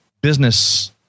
business